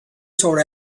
sobre